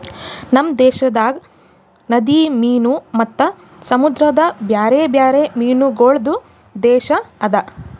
ನಮ್ ದೇಶದಾಗ್ ನದಿ ಮೀನು ಮತ್ತ ಸಮುದ್ರದ ಬ್ಯಾರೆ ಬ್ಯಾರೆ ಮೀನಗೊಳ್ದು ದೇಶ ಅದಾ